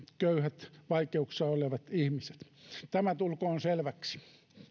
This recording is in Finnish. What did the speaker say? köyhille vaikeuksissa oleville ihmisille tämä tulkoon selväksi